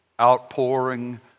outpouring